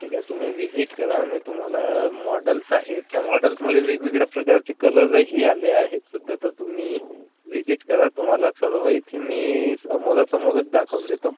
ठीक आहे तुम्ही विजिट करा मी तुम्हाला मॉडेल्स आहे त्या मॉडेल्समध्ये वेगवेगळ्या प्रकारचे कलरही आले आहेत सध्या तर तुम्ही विजिट करा तुम्हाला सर्व इथे मी अमोरासमोरच दाखवून देतो